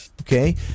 Okay